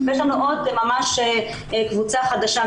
יש לנו עוד ממש קבוצה חדשה,